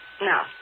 Now